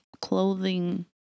clothing